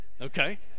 okay